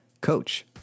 Coach